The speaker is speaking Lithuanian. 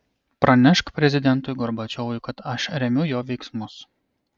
pranešk prezidentui gorbačiovui kad aš remiu jo veiksmus